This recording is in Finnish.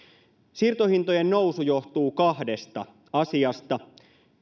siirtohintojen nousu johtuu kahdesta asiasta